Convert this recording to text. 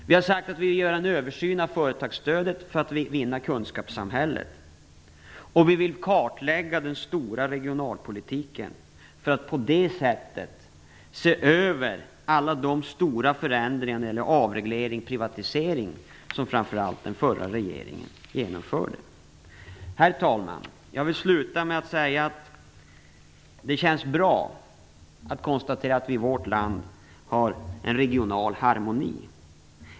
Vi har sagt att vi vill göra en översyn av företagsstödet för att vinna kunskapssamhället. Vi vill kartlägga den stora regionalpolitiken för att på det sättet se över alla de stora förändringar när det gäller avreglering och privatisering som framför allt den förra regeringen genomförde. Herr talman! Jag vill sluta med att säga att det känns bra att konstatera att vi i vårt land har en regional harmoni.